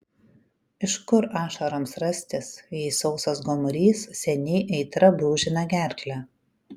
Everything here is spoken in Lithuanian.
iš kur ašaroms rastis jei sausas gomurys seniai aitra brūžina gerklę